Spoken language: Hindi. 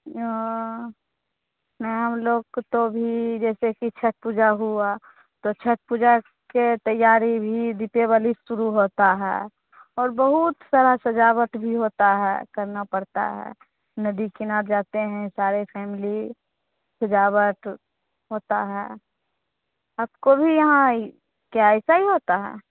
वो नहीं हम लोग को तो अभी जैसे की छठ पूजा हुआ तो छठ पूजा के तयारी भी दीपावली से शुरू होता हे और सारा सजावट भी होता है करना पड़ता है नदी किनारे जाते हें सारे फेमली सजावट होता हे आपको भी यहाँ आई क्या आइसाई होता हे